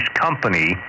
Company